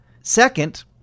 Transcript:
Second